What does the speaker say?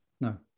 No